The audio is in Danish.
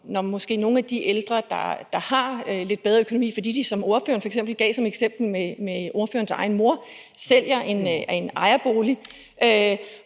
når nogle af de ældre, der har lidt bedre økonomi – ligesom eksemplet, ordføreren gav, med ordførerens egen mor – sælger en ejerbolig